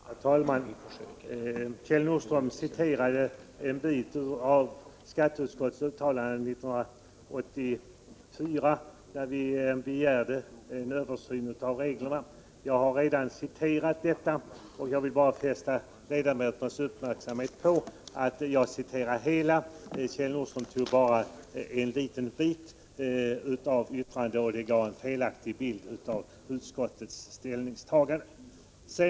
Herr talman! Kjell Nordström citerade en del ur skatteutskottets betänkande från 1984, där vi begärde en översyn av reglerna. Jag har redan citerat detta, och jag vill bara fästa ledamöternas uppmärksamhet på att jag citerade det hela, medan Kjell Nordström bara citerade en del, vilket gav en felaktig bild av utskottets ställningstagande.